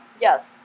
yes